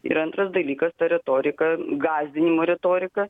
ir antras dalykas ta retorika gąsdinimo retorika